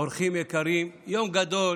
אורחים יקרים, יום גדול